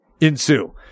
ensue